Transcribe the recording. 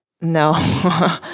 No